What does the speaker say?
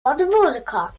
podwórko